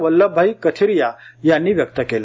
वल्लभभाई कथीरिया यांनी व्यक्त केले